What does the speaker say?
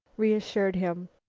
reassured him.